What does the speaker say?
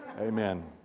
Amen